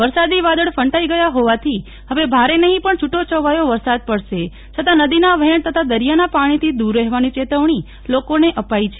વરસાદી વાદળ ફંટાઈ ગયા હોવાથી હવે ભારે નહીં પણ છૂટો છવાયો વરસાદ પડશે છતાં નદીના વહેણ તથા દરિયાના પાણીથી દૂર રહેવાની ચેતવણી લોકોને અપાઈ છે